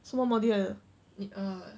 什么 module 来的